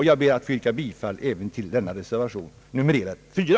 Jag ber alltså, herr talman, att få yrka bifall till reservation 4.